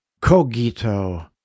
Cogito